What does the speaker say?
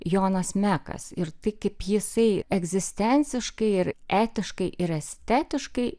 jonas mekas ir tai kaip jisai egzistenciškai ir etiškai ir estetiškai